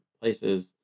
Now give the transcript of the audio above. places